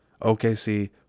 OKC